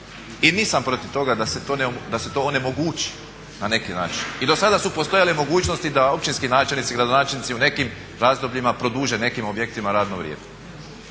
i nisam protiv toga da se to onemogući na neki način. I do sada su postojale mogućnosti da općinski načelnici, gradonačelnici u nekim razdobljima produže nekim objektima radno vrijeme.